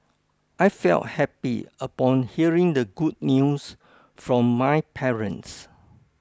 I felt happy upon hearing the good news from my parents